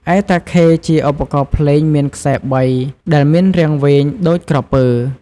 ឯតាខេ ជាឧបករណ៍ភ្លេងមានខ្សែ ៣ ដែលមានរាងវែងដូចក្រពើ។